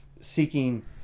Seeking